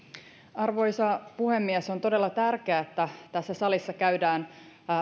arvoisa puhemies on todella tärkeää että tässä salissa käydään